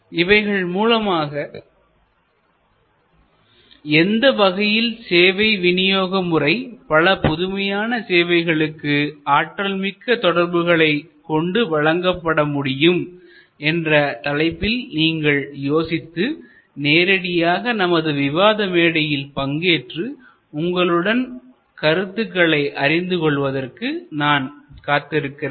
இவைகள் மூலமாக எந்த வகையில் சேவை விநியோக முறை பல புதுமையான சேவைகளுக்கு ஆற்றல்மிக்க தொடர்புகளைக் கொண்டு வழங்கப்பட முடியும் என்ற தலைப்பில் நீங்கள் யோசித்து நேரடியாக நமது விவாத மேடையில் பங்கேற்று உங்களுடன் கருத்துக்களை அறிந்து கொள்வதற்காக நான் காத்திருக்கிறேன்